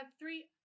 three